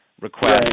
request